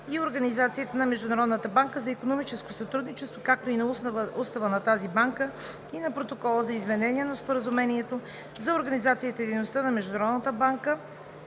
и организацията на Международната банка за икономическо сътрудничество, както и на Устава на тази банка и на Протокола за изменение на Споразумението за организацията и дейността на Международната банка